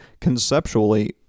conceptually